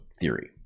theory